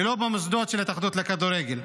ולא במוסדות של ההתאחדות לכדורגל.